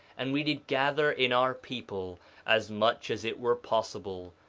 and we did gather in our people as much as it were possible,